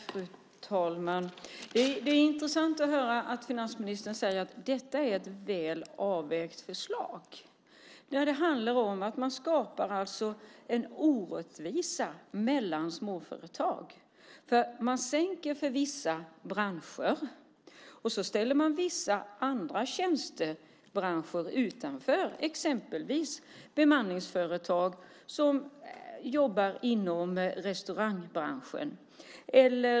Fru talman! Det är intressant att höra att finansministern säger att detta är ett väl avvägt förslag när det handlar om att man skapar en orättvisa mellan småföretag. Man sänker för vissa branscher och ställer vissa andra tjänstebranscher utanför. Det gäller exempelvis bemanningsföretag som jobbar inom restaurangbranschen.